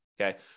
okay